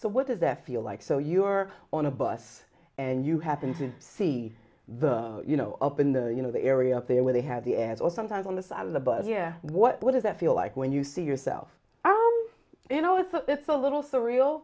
so what does that feel like so you're on a bus and you happened to see the you know up in the you know the area up there where they have the ads or sometimes on the side of the bus what does that feel like when you see yourself you know is this a little surreal